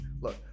Look